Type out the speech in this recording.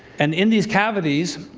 and in these cavities,